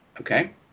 okay